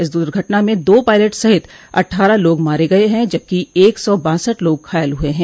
इस दुर्घटना में दो पायलट सहित अट्ठारह लोग मारे गये हैं जबकि एक सौ बासठ लोग घायल हुये हैं